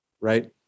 Right